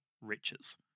riches